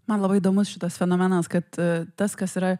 man labai įdomus šitas fenomenas kad tas kas yra